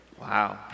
Wow